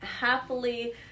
happily